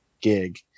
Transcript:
gig